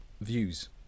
views